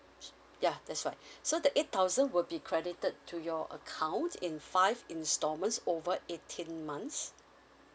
yeah that's right so the eight thousand will be credited to your account in five installments over eighteen months